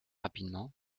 rapidement